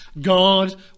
God